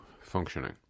functioning